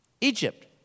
Egypt